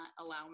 allow